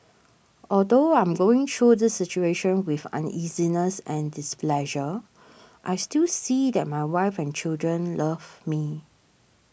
although I'm going through this situation with uneasiness and displeasure I still see that my wife and children love me